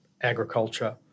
agriculture